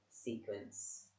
sequence